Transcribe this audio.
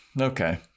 Okay